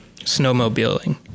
snowmobiling